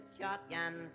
shotguns